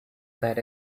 that